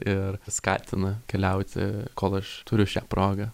ir skatina keliauti kol aš turiu šią progą